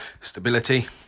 stability